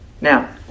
Now